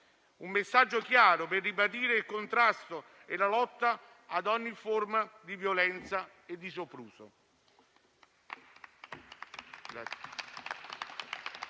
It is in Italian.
Un messaggio chiaro, per ribadire il contrasto e la lotta ad ogni forma di violenza e di sopruso.